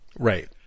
Right